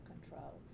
control